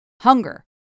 hunger